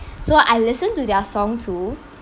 so I listen to their songs too